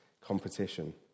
competition